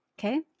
okay